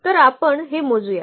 तर आपण हे मोजू या